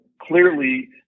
clearly